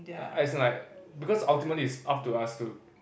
as in like because ultimately it's up to us to